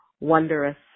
wondrous